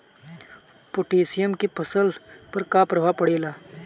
Potassium के फसल पर का प्रभाव पड़ेला?